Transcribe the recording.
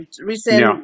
recent